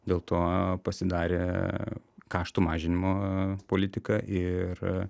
dėl to pasidarė kaštų mažinimo politika ir